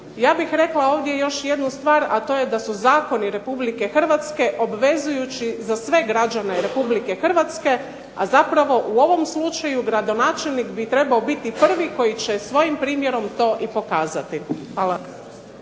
Ja bih rekla ovdje još jednu stvar, a to je da su zakoni Republike Hrvatske obvezujući za sve građane Republike Hrvatske, a zapravo u ovom slučaju gradonačelnik bi trebao biti prvi koji će svojim primjerom to i pokazati. Hvala.